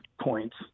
points